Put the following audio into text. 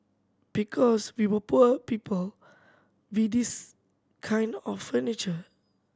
because we were poor people we this kind of furniture